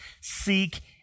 seek